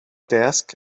desk